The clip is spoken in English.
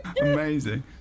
Amazing